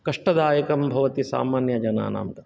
कष्टदायकं भवति सामान्यजनानां कृते